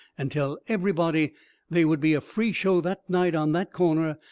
and tell everybody they would be a free show that night on that corner,